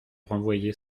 renvoyé